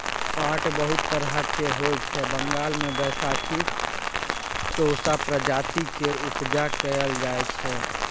पाट बहुत तरहक होइ छै बंगाल मे बैशाखी टोसा प्रजाति केर उपजा कएल जाइ छै